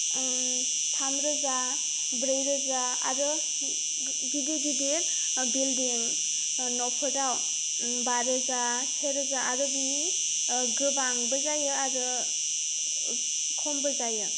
थामरोजा ब्रैरोजा आरो गिदिर गिदिर बिल्डिं न'फोराव बारोजा सेरोजा आरो बेनि गोबांबो जायो आरो खमबो जायो